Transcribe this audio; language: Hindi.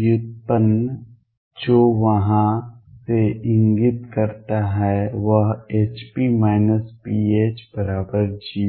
व्युत्पन्न जो वहां से इंगित करता है वह Hp pH0